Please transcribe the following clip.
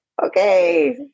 Okay